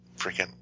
Freaking –